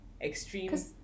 extreme